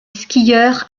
skieur